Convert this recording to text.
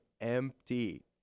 empty